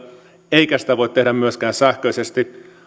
eikä sitä voi tehdä myöskään sähköisesti